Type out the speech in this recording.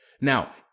Now